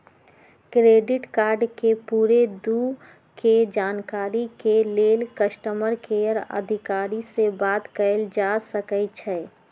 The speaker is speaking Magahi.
क्रेडिट कार्ड के पूरे दू के जानकारी के लेल कस्टमर केयर अधिकारी से बात कयल जा सकइ छइ